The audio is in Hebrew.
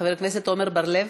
חבר הכנסת עמר בר-לב,